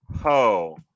ho